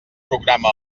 programa